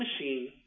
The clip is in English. machine